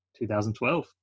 2012